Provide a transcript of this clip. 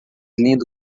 lindo